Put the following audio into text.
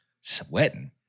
sweating